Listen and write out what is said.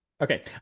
Okay